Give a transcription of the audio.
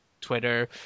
Twitter